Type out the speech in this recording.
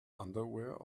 underwear